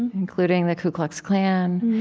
including the ku klux klan.